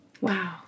wow